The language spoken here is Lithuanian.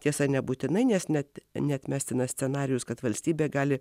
tiesa nebūtinai nes net neatmestinas scenarijus kad valstybė gali